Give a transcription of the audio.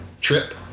Trip